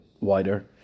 wider